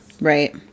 Right